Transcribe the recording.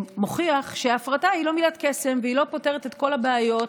מוכיח שהפרטה היא לא מילת קסם והיא לא פותרת את כל הבעיות,